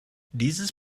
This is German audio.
dieses